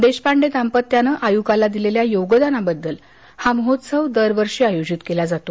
देशपांडे दाम्पत्याने आयुकाला दिलेल्या योगदानाबद्दल हा महोत्सव दरवर्षी आयोजित केला जातो